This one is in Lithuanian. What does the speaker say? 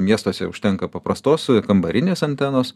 miestuose užtenka paprastos kambarinės antenos